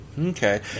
Okay